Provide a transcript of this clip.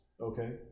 Okay